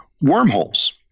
wormholes